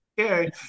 Okay